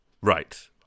Right